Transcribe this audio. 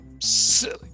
Silly